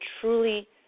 truly